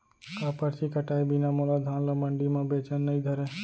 का परची कटाय बिना मोला धान ल मंडी म बेचन नई धरय?